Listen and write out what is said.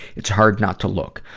it's hard not to look.